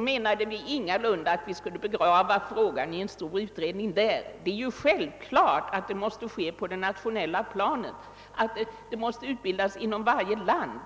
menade vi ingalunda att vi skulle begrava frågan i en stor utredning där. Det är självklart att utbildningen måste ske på det nationella planet och inom varje land.